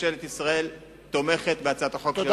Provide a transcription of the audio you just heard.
ממשלת ישראל תומכת בהצעת החוק של אמנון כהן,